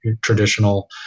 traditional